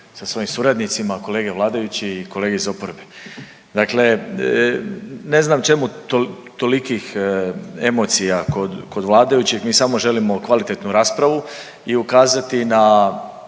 sa svojim suradnicima, kolege vladajući i kolege iz oporbe, dakle ne znam čemu tolikih emocija kod vladajućih mi samo želimo kvalitetu raspravu i ukazati na